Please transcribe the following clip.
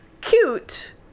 cute